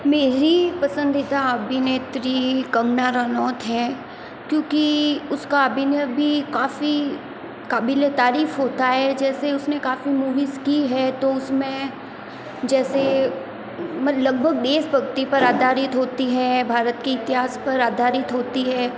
मेरी पसंदीदा अभिनेत्री कंगना रनौत है क्योंकि उस का अभिनय भी काफ़ी काबिले तारीफ़ होता है जैसे उस ने काफ़ी मूवीज़ की है तो उस में जैसे लगभग देशभक्ति पर आधारित होती हैं भारत के इतिहास पर आधारित होती है